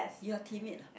you are timid lah